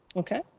okay.